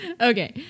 Okay